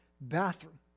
bathroom